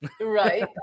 Right